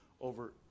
over